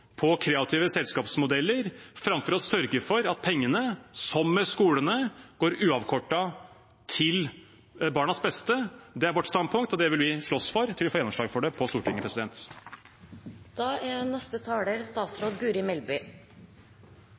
på kreative selskapsmodeller framfor å sørge for at pengene, som for skolene, går uavkortet til barnas beste. Det er vårt standpunkt, og det vil vi slåss for til vi får gjennomslag for det på Stortinget.